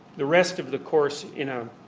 the rest of the course in a